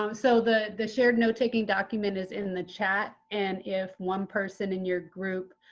um so the the shared note taking document is in the chat and if one person in your group